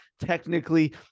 technically